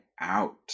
out